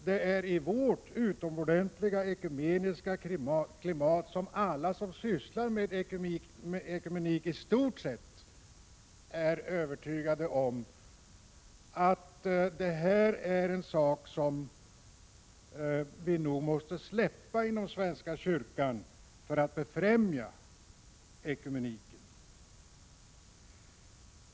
Det är i vårt utomordentliga ekumeniska klimat som alla som sysslar med ekumenik i stort sett är övertygade om att detta är en sak som vi måste släppa inom svenska kyrkan för att befrämja ekumeniken.